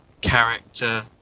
character